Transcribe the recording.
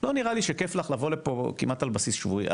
לא נראה לי שכיף לך לבוא לפה כמעט על בסיס שבועי.